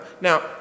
Now